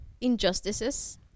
injustices